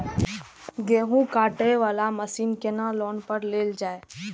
गेहूँ काटे वाला मशीन केना लोन पर लेल जाय?